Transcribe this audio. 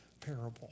parable